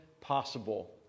possible